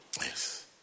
Yes